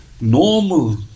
normal